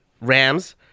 rams